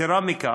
יתרה מזו,